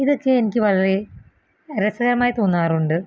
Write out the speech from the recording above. ഇതക്കെ എനിക്ക് വളരെ രസകരമായി തോന്നാറുണ്ട്